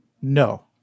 No